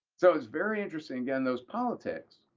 so it's very interesting, again, those politics,